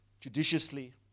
judiciously